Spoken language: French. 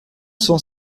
cent